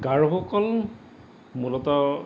গাৰোসকল মূলতঃ